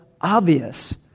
obvious